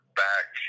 back